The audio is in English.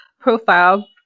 profile